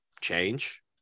change